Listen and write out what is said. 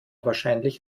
wahrscheinlich